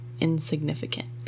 insignificant